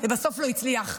ובסוף לא הצליח.